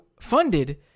funded